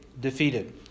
defeated